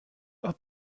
are